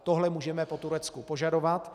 Tohle můžeme po Turecku požadovat.